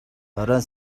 оройн